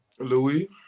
Louis